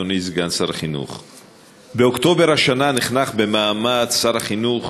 אדוני סגן שר החינוך,